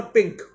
Pink